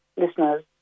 listeners